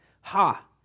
Ha